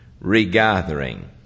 regathering